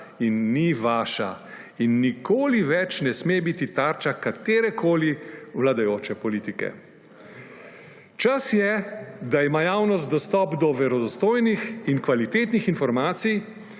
in ni vaša in nikoli več ne sme biti tarča katerekoli vladajoče politike. Čas je, da ima javnost dostop do verodostojnih in kvalitetnih informacij,